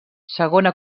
segona